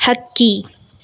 ಹಕ್ಕಿ